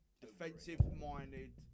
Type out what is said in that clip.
defensive-minded